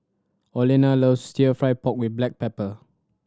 Olena loves Stir Fry pork with black pepper